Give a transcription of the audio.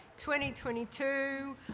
2022